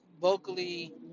vocally